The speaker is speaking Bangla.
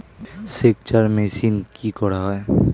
সেকচার মেশিন কি করা হয়?